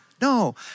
no